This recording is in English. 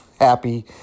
happy